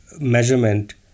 measurement